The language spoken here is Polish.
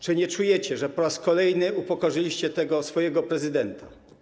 Czy nie czujecie, że po raz kolejny upokorzyliście tego swojego prezydenta?